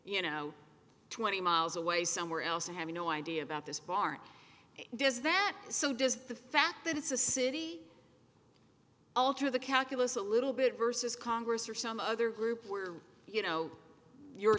you know twenty miles away somewhere else i have no idea about this barn does that so does the fact that it's a city alter the calculus a little bit versus congress or some other group where you know your